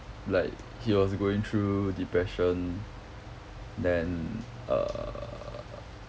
like he was going through depression then err